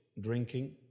drinking